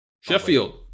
Sheffield